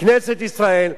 כנסת ישראל,